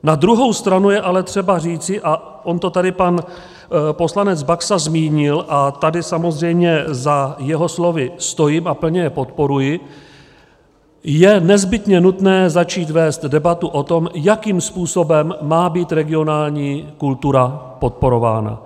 Na druhou stranu je ale třeba říci a on to tady pan poslanec Baxa zmínil, a tady samozřejmě za jeho slovy stojím a plně je podporuji je nezbytně nutné začít vést debatu o tom, jakým způsobem má být regionální kultura podporována.